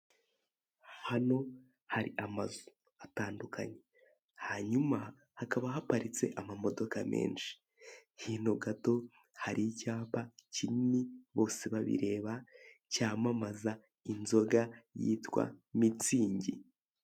Hano hari amazu atandukanye hanyuama hakaba haparitse amamodoka menshi hino gato hari icyapa kinini bose babireba cyamamaza inzoga yitwa mitsingi.